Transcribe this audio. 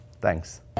Thanks